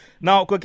now